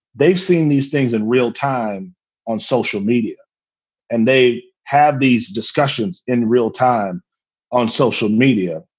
they've seen these things in real time on social media and they have these discussions in real time on social media.